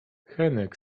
henek